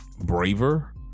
braver